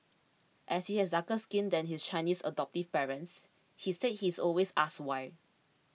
as he has darker skin than his Chinese adoptive parents he said he is always asked why